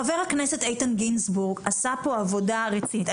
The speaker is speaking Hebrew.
חבר הכנסת איתן גינזבורג עשה פה עבודה רצינית.